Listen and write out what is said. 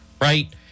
right